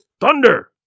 Thunder